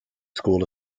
school